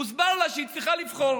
הוסבר לה שהיא צריכה לבחור